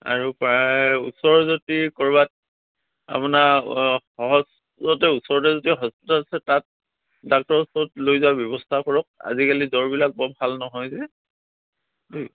আৰু প্ৰায় ওচৰৰ যদি ক'ৰবাত আপোনাৰ সহজ ওচৰতে যদি হস্পিতাল আছে তাত ডাক্টৰৰ ওচৰত লৈ যোৱাৰ ব্যৱস্থা কৰক আজিকালি জ্বৰবিলাক বৰ ভাল নহয় যে